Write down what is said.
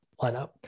lineup